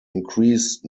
increased